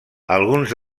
alguns